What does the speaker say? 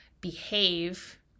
behave